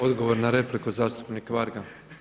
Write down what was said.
Odgovor na repliku zastupnik Varga.